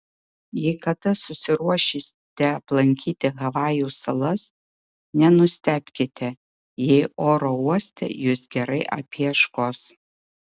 jei kada susiruošite aplankyti havajų salas nenustebkite jei oro uoste jus gerai apieškos